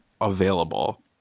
available